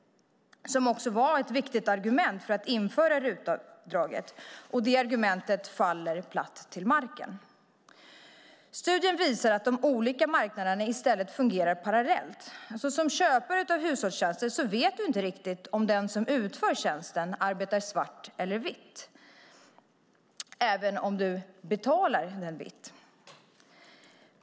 Det var ett viktigt argument för att införa RUT-avdraget. Det argumentet faller platt till marken. Studien visar att de olika marknaderna i stället fungerar parallellt. Som köpare av hushållstjänster vet man inte riktigt om den som utför tjänsten arbetar svart eller vitt, även om man betalar vitt till den som utför tjänsten.